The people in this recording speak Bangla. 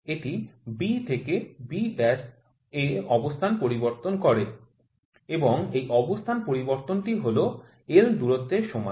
এটি B থেকে B' এ অবস্থান পরিবর্তন করে এবং এই অবস্থান পরিবর্তন টি হল l দূরত্বের সমান